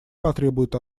потребуют